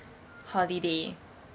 holiday